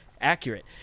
accurate